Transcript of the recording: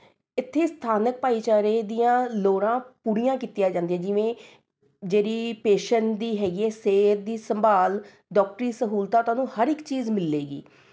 ਇੱਥੇ ਸਥਾਨਕ ਭਾਈਚਾਰੇ ਦੀਆਂ ਲੋੜਾਂ ਪੂਰੀਆਂ ਕੀਤੀਆਂ ਜਾਂਦੀਆਂ ਜਿਵੇਂ ਜਿਹੜੀ ਪੈਸ਼ੈਂਟ ਦੀ ਹੈਗੀ ਹੈ ਸਿਹਤ ਦੀ ਸੰਭਾਲ ਡਾਕਟਰੀ ਸਹੂਲਤਾਂ ਤੁਹਾਨੂੰ ਹਰ ਇੱਕ ਚੀਜ਼ ਮਿਲੇਗੀ